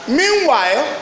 meanwhile